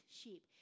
sheep